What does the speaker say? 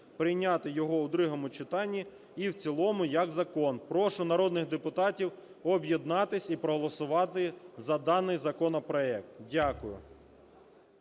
прийняти його у другому читанні і в цілому як закон. Прошу народних депутатів об'єднатись і проголосувати за даний законопроект. Дякую.